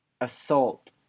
Assault